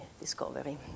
discovery